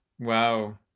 wow